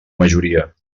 majoria